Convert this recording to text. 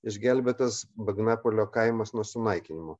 išgelbėtas bagnapolio kaimas nuo sunaikinimo